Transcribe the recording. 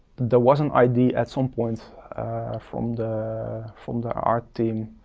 there was an idea at some point from the from the art team